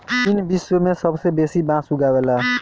चीन विश्व में सबसे बेसी बांस उगावेला